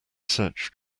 search